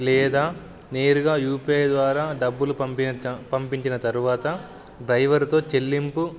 లేదా నేరుగా U P I ద్వారా డబ్బులు పంపించిన తరువాత డ్రైవర్తో చెల్లింపు